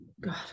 god